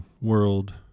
world